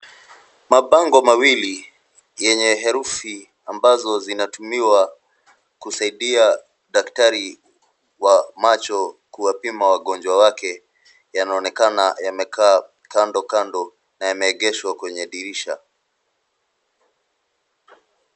Mabango mawili yenye herufi ambazo zinatumiwa kusaidia daktari wa macho kuwapima wagonjwa wake yanaonekana yamekaa kando kando na yameegeshwa kwenye dirisha.